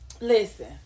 Listen